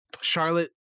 Charlotte